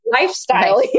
lifestyle